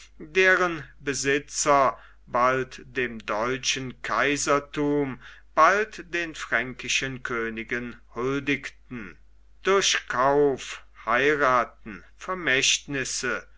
deren besitzer bald dem deutschen kaiserthum bald den fränkischen königen huldigten durch kauf heirathen vermächtnisse